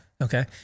Okay